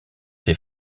ses